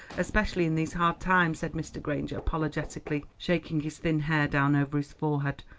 especially in these hard times, said mr. granger apologetically shaking his thin hair down over his forehead,